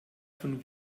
von